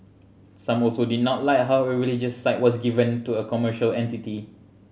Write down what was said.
some also did not like how a religious site was given to a commercial entity